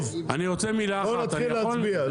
בואו נתחיל להצביע.